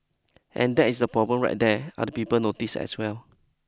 and that is the problem right there other people noticed as well